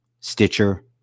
Stitcher